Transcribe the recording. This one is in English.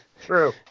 True